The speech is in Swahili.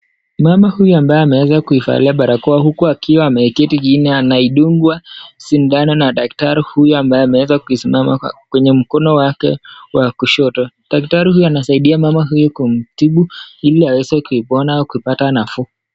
Mama huyu ambaye ameweza kuivalia barakoa, huku akiwa ameiketi chini anaidungwa sindano na daktari huyu ambaye ameweza kuisimama kwenye mkono wake wa kushoto. Daktari huyu anasaidia mama huyu kumtibu ili aweze kupona kupata nafuu.